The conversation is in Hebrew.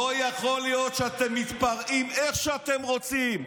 לא יכול להיות שאתם מתפרעים איך שאתם רוצים,